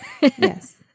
Yes